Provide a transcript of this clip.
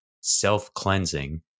self-cleansing